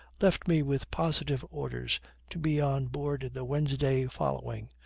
left me with positive orders to be on board the wednesday following,